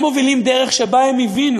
הם מובילים דרך שבה הם הבינו